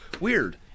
Weird